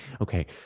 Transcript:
okay